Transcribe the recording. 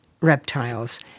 reptiles